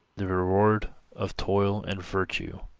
the reward of toil and virtue.